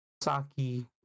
Saki